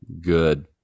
good